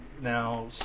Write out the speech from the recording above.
now